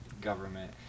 government